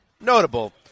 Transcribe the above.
notable